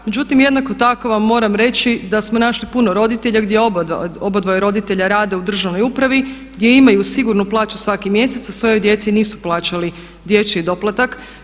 Međutim, jednako tako vam moram reći da smo našli puno roditelja gdje oboje roditelja rade u državnoj upravi, gdje imaju sigurnu plaću svaki mjesec, a svojoj djeci nisu plaćali dječji doplatak.